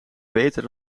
beter